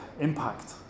impact